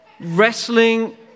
wrestling